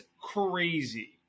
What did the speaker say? crazy